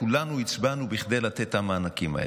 כולנו הצבענו כדי לתת את המענקים האלה.